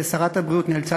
שרת הבריאות נאלצה,